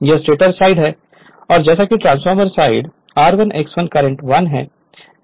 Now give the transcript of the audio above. यह stator side है और जैसा कि transformer primary side r1 x1 current 1 में है